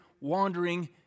wandering